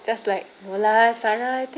just like no lah sarah I think